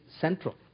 central